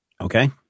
Okay